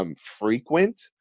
Frequent